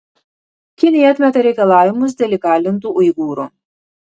kinija atmeta reikalavimus dėl įkalintų uigūrų